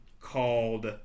called